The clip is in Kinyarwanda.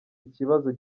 ikibazo